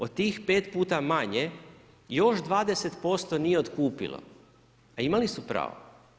Od tih 5 puta manje, još 20% nije otkupilo, a imali su pravo.